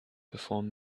perform